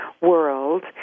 world